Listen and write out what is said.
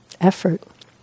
effort